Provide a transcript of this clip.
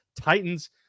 Titans